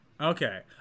Okay